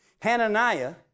Hananiah